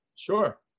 Sure